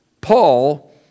Paul